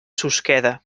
susqueda